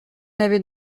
l’avez